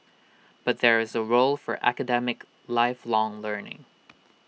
but there is A role for academic lifelong learning